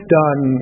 done